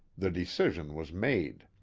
the decision was made.